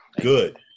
Good